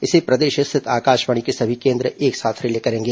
इसे प्रदेश स्थित आकाशवाणी के सभी केन्द्र एक साथ रिले करेंगे